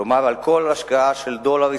כלומר, כל השקעה של דולר ישראלי,